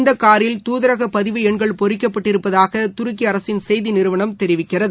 இந்த காரில் தூதரக பதிவு எண்கள் பொறிக்கப்பட்டிருப்பதாக துருக்கி அரசின் செய்தி நிறுவனம் தெரிவிக்கிறது